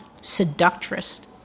seductress